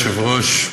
אדוני היושב-ראש,